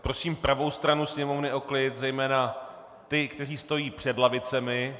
Prosím pravou stranu sněmovny o klid, zejména ty, kteří stojí před lavicemi.